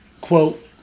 quote